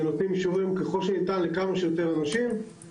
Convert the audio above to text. ונותנים אישורים ככל שניתן לכמה שיותר אנשים.